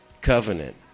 covenant